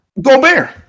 Gobert